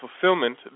fulfillment